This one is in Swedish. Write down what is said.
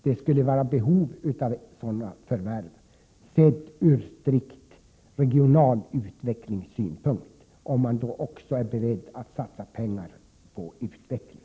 Det finns behov av sådana förvärv, sett strikt från regional utvecklingssynpunkt, om man är beredd att satsa pengar på utveckling.